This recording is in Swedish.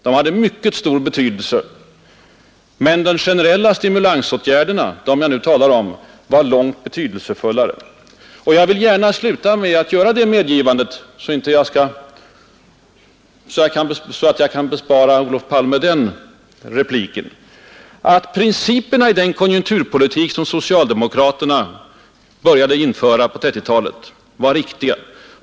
De hade mycket stor betydelse. Men de generella stimulansåtgärder som jag här talar om var långt mera betydelsefulla. Sedan vill jag sluta med att medge — så att jag kan bespara Olof Palme den repliken — att principerna i den konjunkturpolitik som socialdemokraterna började införa på 1930-talet var riktiga.